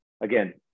again